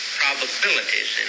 probabilities